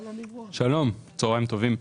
שלום, צוהריים טובים.